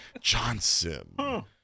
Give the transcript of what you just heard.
Johnson